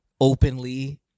openly